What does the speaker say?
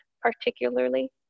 particularly